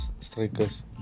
strikers